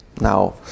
Now